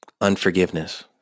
unforgiveness